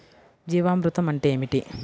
జీవామృతం అంటే ఏమిటి?